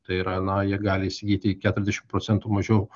tai yra na jie gali įsigyti keturiasdešim procentų mažiau